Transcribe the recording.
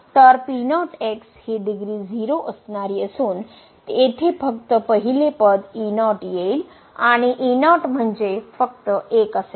तर हि degree 0 असणारी असून तेथे फक्त पहिले पद येईल आणि म्हणजे फक्त 1 असेल